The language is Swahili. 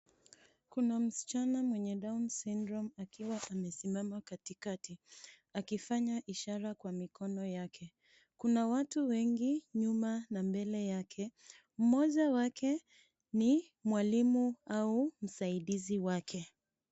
Kuna msichana mwenye down syndrome akiwa amesimama katikati akifanya ishara kwa mikono yake. Kuna watu wengi nyuma na mbele yake. Mmoja wake, ni mwalimu au msaidizi wake.